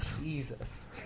Jesus